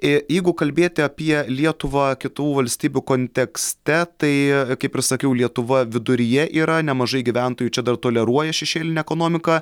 ee jeigu kalbėti apie lietuvą kitų valstybių kontekste taai e kaip ir sakiau lietuva viduryje yra nemažai gyventojų čia dar toleruoja šešėlinę ekonomiką